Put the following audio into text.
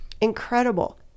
Incredible